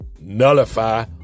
nullify